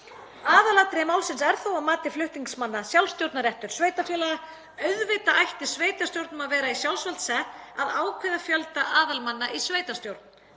Aðalatriði málsins er þó að mati flutningsmanna sjálfsstjórnarréttur sveitarfélaga. Auðvitað ætti sveitarstjórnum að vera í sjálfsvald sett að ákveða fjölda aðalmanna í sveitarstjórn.